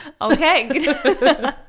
Okay